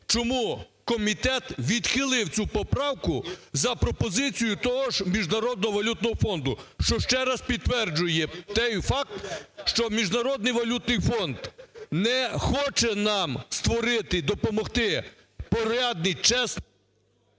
чому комітет відхилив цю поправку, за пропозицією того ж Міжнародного валютного фонду? Що ще раз підтверджує той факт, що Міжнародний валютний фонд не хоче нам створити і допомогти порядний, чесний...